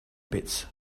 pits